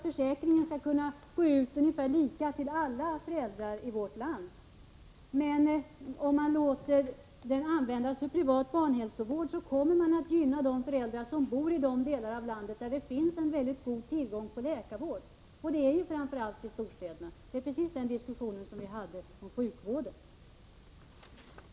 Försäkringen skall ju kunna gå ut ungefär lika till alla föräldrar i vårt land, men om man låter den användas för privat barnhälsovård kommer man att gynna de föräldrar som bor i de delar av landet där det finns en god tillgång på läkarvård, och det är ju framför allt i storstäderna. Det är precis samma diskussion vi hade om sjukvården.